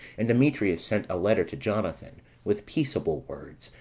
and demetrius sent a letter to jonathan, with peaceable words,